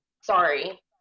sorry